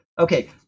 Okay